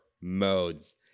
modes